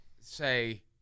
say